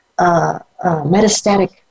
metastatic